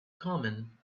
common